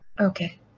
Okay